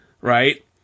right